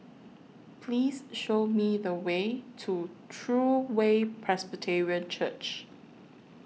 Please Show Me The Way to True Way Presbyterian Church